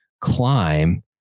climb